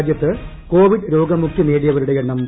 രാജ്യത്ത് കോവിപ്പ് രോഗമുക്തി നേടിയവരുടെ എണ്ണം ദ്